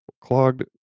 clogged